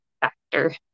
factor